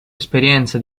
esperienza